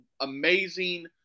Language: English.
amazing